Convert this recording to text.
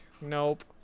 Nope